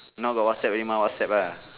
now got Whatsapp already mah Whatsapp lah